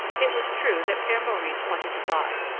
it was true that pere maurice wanted to buy,